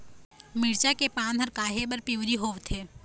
मिरचा के पान हर काहे बर पिवरी होवथे?